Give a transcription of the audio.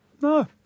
no